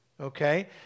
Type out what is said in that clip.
okay